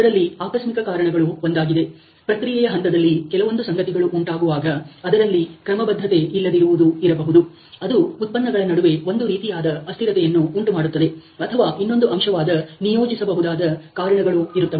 ಅದರಲ್ಲಿ ಆಕಸ್ಮಿಕ ಕಾರಣಗಳು ಒಂದಾಗಿದೆ ಪ್ರಕ್ರಿಯೆಯ ಹಂತದಲ್ಲಿ ಕೆಲವೊಂದು ಸಂಗತಿಗಳು ಉಂಟಾಗುವಾಗ ಅದರಲ್ಲಿ ಕ್ರಮಬದ್ಧತೆ ಇಲ್ಲದಿರುವುದು ಇರಬಹುದು ಅದು ಉತ್ಪನ್ನಗಳ ನಡುವೆ ಒಂದು ರೀತಿಯಾದ ಅಸ್ಥಿರತೆಯನ್ನು ಉಂಟುಮಾಡುತ್ತದೆ ಅಥವಾ ಇನ್ನೊಂದು ಅಂಶವಾದ ನಿಯೋಜಿಸಬಹುದಾದ ಕಾರಣಗಳು ಇರುತ್ತವೆ